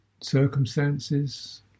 circumstances